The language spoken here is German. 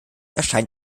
erscheint